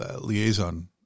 liaison